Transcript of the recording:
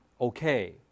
okay